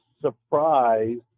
surprised